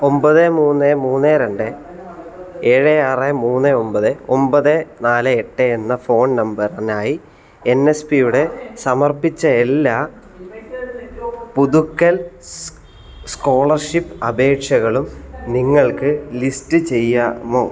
ഒമ്പത് മൂന്ന് മൂന്ന് രണ്ട് ഏഴ് ആറ് മൂന്ന് ഒമ്പത് ഒമ്പത് നാല് എട്ട് എന്ന ഫോൺ നമ്പറിനായി എൻ എസ് പിയുടെ സമർപ്പിച്ച എല്ലാ പുതുക്കൽ സ്കോളർഷിപ്പ് അപേക്ഷകളും നിങ്ങൾക്ക് ലിസ്റ്റ് ചെയ്യാമോ